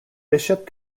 bishop